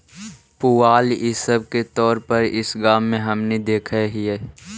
पुआल इ सब के तौर पर इस गाँव में हमनि देखऽ हिअइ